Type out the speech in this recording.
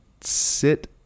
sit